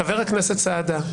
חבר הכנסת סעדה,